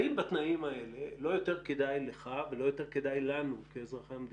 האם בתנאים האלה לא יותר כדאי לך ולא יותר כדאי לנו כאזרחי המדינה,